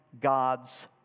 God's